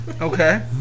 Okay